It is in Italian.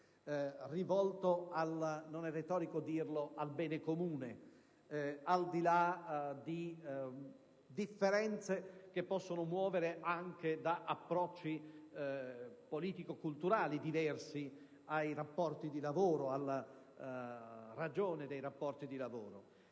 dirlo - al bene comune, al di là di differenze che possono muovere anche da approcci politico-culturali diversi ai rapporti di lavoro e alla loro ragione. Il Governo